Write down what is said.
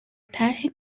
طرح